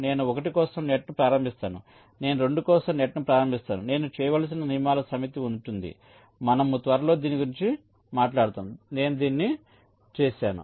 నేను 1 కోసం నెట్ను ప్రారంభిస్తాను నేను 2 కోసం నెట్ను ప్రారంభిస్తాను నేను చేయవలసిన నియమాల సమితి ఉంటుంది మనము త్వరలో దీన్ని గురించి మాట్లాడతాము నేను దీన్ని చేసాను